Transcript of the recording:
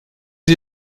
sie